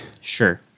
Sure